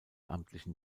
amtlichen